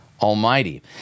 Almighty